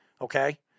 okay